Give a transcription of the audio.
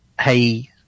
hey